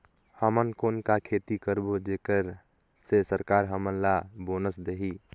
हमन कौन का खेती करबो जेकर से सरकार हमन ला बोनस देही?